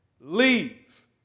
Leave